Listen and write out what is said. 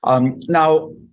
Now